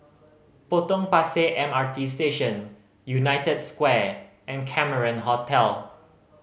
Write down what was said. Potong Pasir M R T Station United Square and Cameron Hotel